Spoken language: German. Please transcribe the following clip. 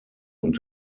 und